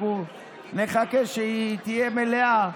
אנחנו נחכה שהיא תהיה מלאה,